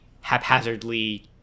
haphazardly